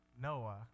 Noah